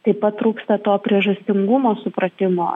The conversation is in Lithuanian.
taip pat trūksta to priežastingumo supratimo